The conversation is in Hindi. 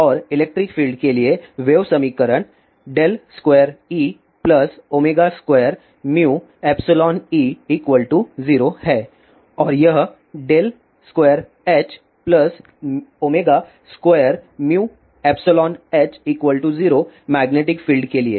और इलेक्ट्रिक फील्ड के लिए वेव समीकरण 2E2μϵE0 है और यह 2H2μϵH0 मैग्नेटिक फील्ड के लिए